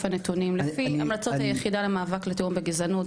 הנתונים לפי המלצות היחידה למאבק בגזענות.